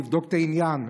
לבדוק את העניין,